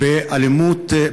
האמור באלימות,